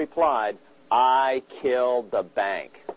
replied i killed the bank